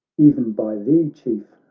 e'en by thee, chief,